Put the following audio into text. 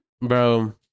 Bro